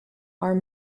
are